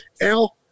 Al